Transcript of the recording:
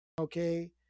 okay